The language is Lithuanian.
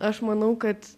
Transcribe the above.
aš manau kad